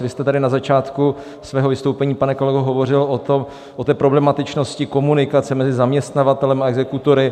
Vy jste tady na začátku svého vystoupení, pane kolego, hovořil o problematičnosti komunikace mezi zaměstnavatelem a exekutory.